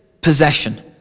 possession